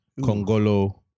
Congolo